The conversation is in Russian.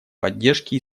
поддержке